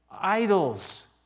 idols